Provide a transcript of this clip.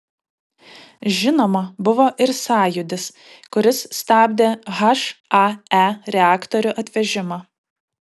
žinoma buvo ir sąjūdis kuris stabdė hae reaktorių atvežimą